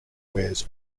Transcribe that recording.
wears